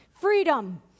freedom